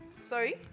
Sorry